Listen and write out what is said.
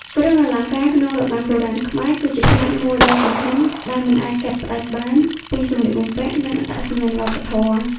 គ្រឿងអលង្ការក្នុងរបាំបុរាណខ្មែរ គឺជាផ្នែកមួយដ៏សំខាន់ដែលមិនអាចកាត់ផ្ដាច់បានពីសម្លៀកបំពាក់ និងអត្តសញ្ញាណវប្បធម៌។